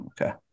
Okay